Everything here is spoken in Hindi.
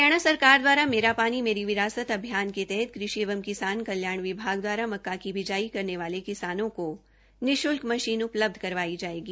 हरियाणा सरकार द्वारा मेरा पानी मेरी विरासत अभियान के तहत कृषि एवं किसान कल्याण विभाग द्वारा मक्का की बिजाई करने के लिए किसानों को निश्ल्क मशीन उपलब्ध करवाई जायेगी